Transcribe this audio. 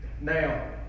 Now